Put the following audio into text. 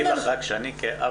אמרת שיש לך ישיבת צוות.